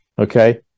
Okay